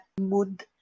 mood